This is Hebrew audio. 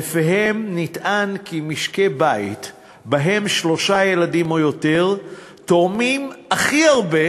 שלפיהם נטען כי משקי בית שבהם שלושה ילדים או יותר תורמים הכי הרבה,